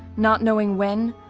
not knowing when,